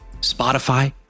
Spotify